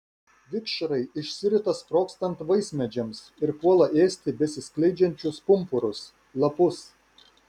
vikšrai išsirita sprogstant vaismedžiams ir puola ėsti besiskleidžiančius pumpurus lapus